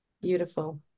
Beautiful